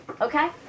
okay